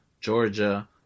Georgia